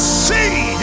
see